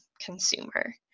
consumer